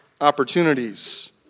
opportunities